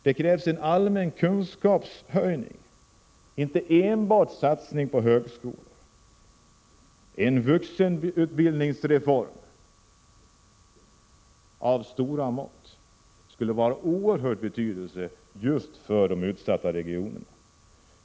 Det krävs en allmän kunskapshöjning, inte enbart en satsning på högskolan. En vuxenutbildningsreform av stora mått skulle vara av oerhörd betydelse, särskilt för de utsatta regionerna.